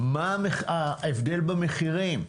מה ההבדל במחירים.